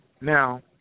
Now